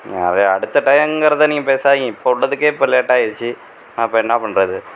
நீ அது அடுத்த டயங்கிறதை நீங்கள் பேசாதீங்க இப்போ உள்ளதுக்கே இப்போ லேட்டாயிடுச்சி நான் இப்போ என்ன பண்ணுறது